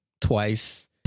twice